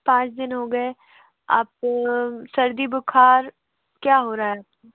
पाँच दिन हो गए आप सर्दी बुख़ार क्या हो रहा है